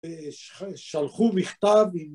אה..שלחו מכתב עם